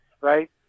right